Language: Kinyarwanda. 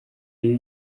iyo